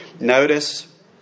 Notice